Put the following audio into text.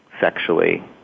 sexually